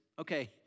okay